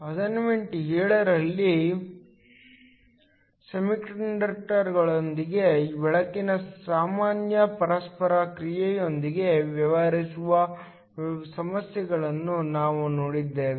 assignment 7 ರಲ್ಲಿ ಸೆಮಿಕಂಡಕ್ಟರ್ಗಳೊಂದಿಗೆ ಬೆಳಕಿನ ಸಾಮಾನ್ಯ ಪರಸ್ಪರ ಕ್ರಿಯೆಯೊಂದಿಗೆ ವ್ಯವಹರಿಸುವ ಸಮಸ್ಯೆಗಳನ್ನು ನಾವು ನೋಡಿದ್ದೇವೆ